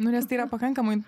nu nes tai yra pakankamai